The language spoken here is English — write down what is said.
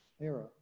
Era